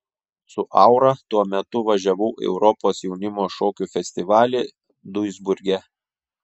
su aura tuo metu važiavau į europos jaunimo šokių festivalį duisburge